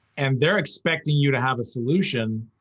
and they're expecting you to have a solution,